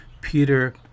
Peter